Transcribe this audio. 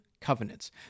covenants